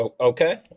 Okay